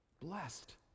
blessed